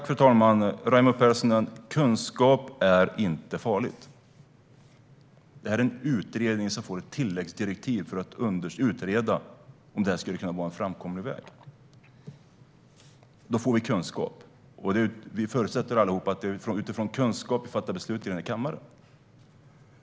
Fru talman! Kunskap är inte farligt, Raimo Pärssinen. Det här handlar om att en utredning ska få ett tilläggsdirektiv för att utreda om det skulle kunna vara en framkomlig väg. Då får man kunskap. Vi förutsätter att den här kammaren fattar beslut utifrån kunskap.